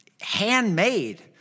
handmade